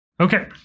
Okay